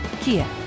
Kia